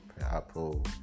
Apple